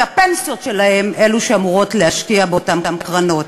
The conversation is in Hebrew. כי הפנסיות שלו הן אלו שאמורות להשקיע באותן קרנות.